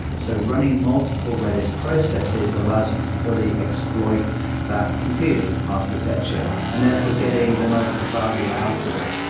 so running multiple redis processes allows you to fully exploit that computing architecture. and therefore, getting the most value out of it.